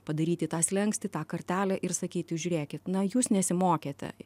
padaryti tą slenkstį tą kartelę ir sakyti žiūrėkit na jūs nesimokėte